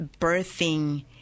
birthing